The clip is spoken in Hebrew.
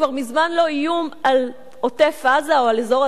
לא איום על עוטף-עזה או על אזור הדרום,